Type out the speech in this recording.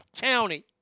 County